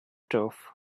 turf